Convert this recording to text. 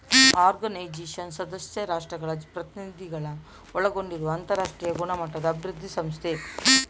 organisation ಸದಸ್ಯ ರಾಷ್ಟ್ರಗಳ ಪ್ರತಿನಿಧಿಗಳನ್ನ ಒಳಗೊಂಡಿರುವ ಅಂತರಾಷ್ಟ್ರೀಯ ಗುಣಮಟ್ಟದ ಅಭಿವೃದ್ಧಿ ಸಂಸ್ಥೆ